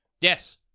Yes